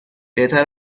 بهتر